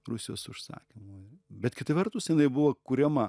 rusijos užsakymu bet kita vertus jinai buvo kuriama